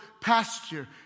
pasture